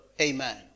amen